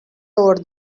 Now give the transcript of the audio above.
over